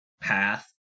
Path